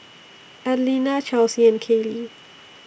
Adelina Chelsea and Kayli